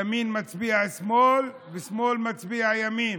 ימין מצביע שמאל, ושמאל מצביע ימין.